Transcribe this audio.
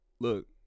look